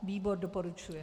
Výbor doporučuje.